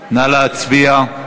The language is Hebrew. נא להצביע.